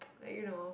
like you know